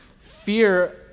fear